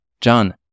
John